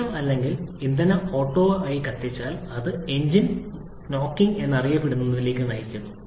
system അല്ലെങ്കിൽ ഇന്ധന auto കത്തിച്ചാൽ അത് എഞ്ചിൻ മുട്ടുന്നത് എന്നറിയപ്പെടുന്നതിലേക്ക് നയിക്കുന്നു